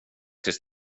tills